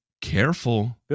careful